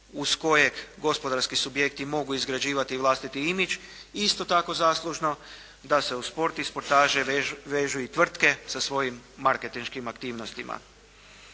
uz kojeg gospodarski subjekti mogu izgrađivati vlastiti imidž, isto tako zaslužno da se uz sport i sportaše vežu i tvrtke sa svojim marketinškim aktivnostima.